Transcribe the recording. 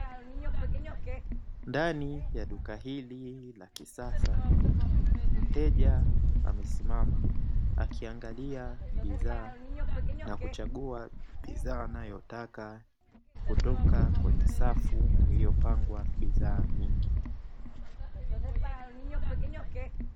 Ndani ya duka hili la kisasa mteja amesimama akiangalia bidhaa na kuchagua bidhaa anayotaka kutoka kwenye safu iliyopangwa bidhaa nyingi.